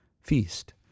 feast